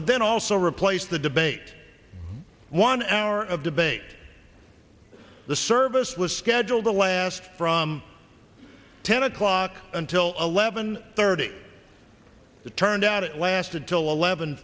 would then also replace the debate one hour of debate the service was scheduled to last from ten o'clock until eleven thirty it turned out it lasted till eleven